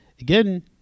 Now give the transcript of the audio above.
Again